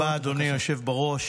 תודה רבה, אדוני היושב בראש.